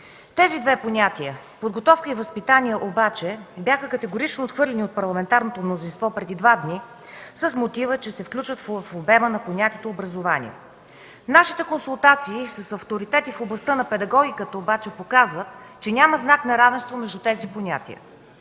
Тези две понятия „подготовка” и „възпитание” обаче бяха категорично отхвърлени от парламентарното мнозинство преди два дни с мотива, че се включват в обема на понятието „образование”. Нашите консултации с авторитети в областта на педагогиката обаче показват, че няма знак на равенство между тези понятия.